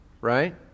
right